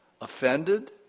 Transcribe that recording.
Offended